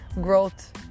growth